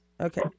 Okay